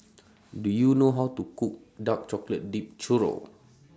Do YOU know How to Cook Dark Chocolate Dipped Churro